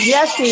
Yes